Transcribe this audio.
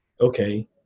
okay